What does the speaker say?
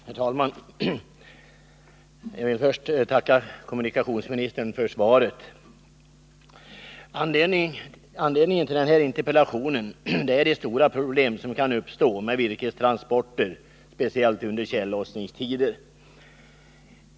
Herr talman! Jag vill först tacka kommunikationsministern för svaret. Anledningen till interpellationen är de stora problem som kan uppstå vid virkestransporter, speciellt under tjällossningstider.